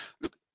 look